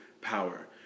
power